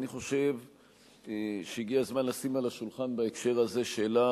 אני חושב שהגיע הזמן לשים על השולחן בהקשר הזה שאלה